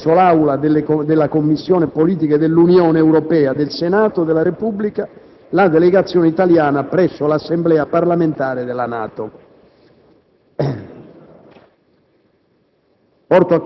Per le ore 15 è convocata, presso l'Aula della Commissione Politiche dell'Unione europea del Senato della Repubblica, la delegazione italiana presso l'Assemblea parlamentare della NATO.